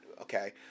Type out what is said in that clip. okay